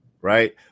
right